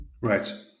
Right